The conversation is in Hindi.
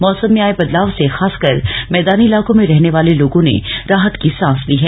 मौसम में आए बदलाव से खासकर मैदानी इलाकों में रहने वाले लोगों ने राहत की सांस ली है